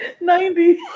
ninety